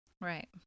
Right